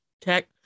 tech